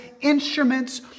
instruments